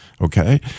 okay